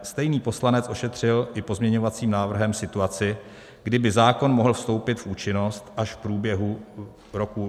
Stejný poslanec ošetřil pozměňovacím návrhem i situaci, kdy by zákon mohl vstoupit v účinnost až v průběhu roku 2021.